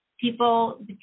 people